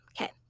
Okay